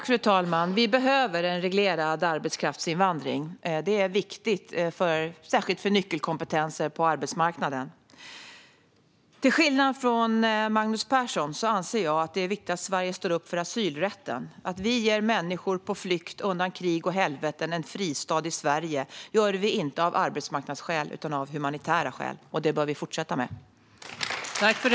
Fru talman! Vi behöver en reglerad arbetskraftsinvandring. Det är viktigt särskilt för nyckelkompetenser på arbetsmarknaden. Till skillnad från Magnus Persson anser jag att det är viktigt att Sverige står upp för asylrätten. Att vi ger människor på flykt undan krig och helveten en fristad i Sverige gör vi inte av arbetsmarknadsskäl utan av humanitära skäl, och det bör vi fortsätta med.